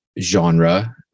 genre